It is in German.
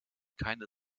keine